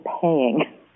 paying